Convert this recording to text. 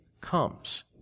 comes